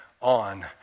on